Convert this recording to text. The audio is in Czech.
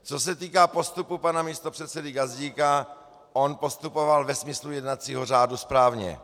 Co se týká postupu pana místopředsedy Gazdíka, on postupoval ve smyslu jednacího řádu správně.